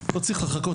לא צריך לחכות,